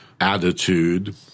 attitude